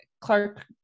Clark